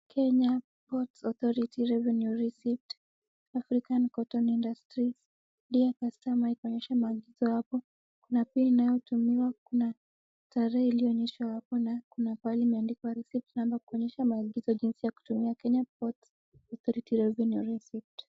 Kenya Ports Authority Revenue receipt, African cotton industry. Dear customer kuonyesha maagizo hapo. Kuna pin inayotumiwa , kuna tarehe iliyoonyesha hapo kuna pahali imeandikwa receipt number kuonyesha maagizo ya kutumia Kenya Ports Authority Revenue receipt .